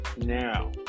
Now